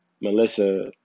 Melissa